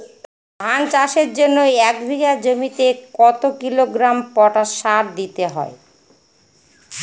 ধান চাষের জন্য এক বিঘা জমিতে কতো কিলোগ্রাম পটাশ সার দিতে হয়?